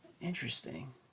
Interesting